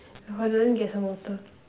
get some water